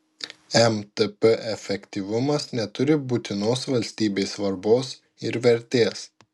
mtp efektyvumas neturi būtinos valstybei svarbos ir vertės